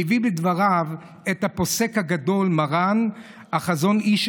והביא בדבריו את הפוסק הגדול מרן החזון איש,